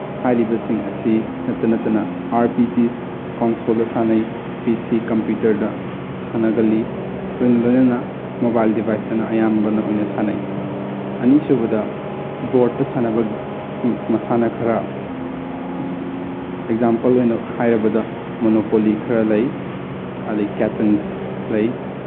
ꯍꯥꯏꯔꯤꯕꯁꯤꯡ ꯑꯁꯤ ꯅꯠꯇ ꯅꯠꯇꯅ ꯑꯥꯔꯄꯤꯖꯤꯁ ꯀꯣꯟꯁꯣꯜꯗ ꯁꯥꯟꯅꯩ ꯄꯤ ꯁꯤ ꯀꯝꯄ꯭ꯌꯨꯇꯔꯗ ꯁꯥꯟꯅꯒꯜꯂꯤ ꯂꯣꯏꯅ ꯂꯣꯏꯅꯅ ꯃꯣꯕꯥꯏꯜ ꯗꯤꯚꯥꯏꯁꯇꯅ ꯑꯌꯥꯝꯕꯅ ꯑꯣꯏꯅ ꯁꯥꯟꯅꯩ ꯑꯅꯤꯁꯨꯕꯗ ꯕꯣꯔꯠꯇ ꯁꯥꯟꯅꯕ ꯃꯁꯥꯟꯅ ꯈꯔ ꯑꯦꯛꯖꯥꯝꯄꯜ ꯑꯣꯏꯅ ꯍꯥꯏꯔꯕꯗ ꯃꯣꯅꯣꯄꯣꯂꯤ ꯈꯔ ꯂꯩ ꯑꯂꯤꯀꯦꯇꯜꯁ ꯂꯩ